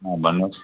अँ भन्नुहोस्